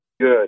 Good